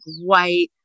white